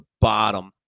bottom